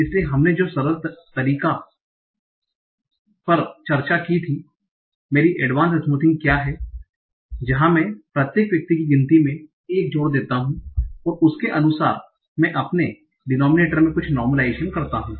इसलिए हमने जो सरल तरीका पर चर्चा की थी मेरी एडवांस्ड स्मूथिंग क्या है जहां मैं प्रत्येक व्यक्ति की गिनती में एक जोड़ देता हूं और उसके अनुसार मैं अपने डेनोमिनेटर में कुछ नॉर्मलाईजेशन करता हूं